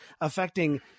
affecting